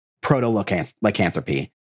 proto-Lycanthropy